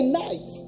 night